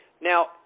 Now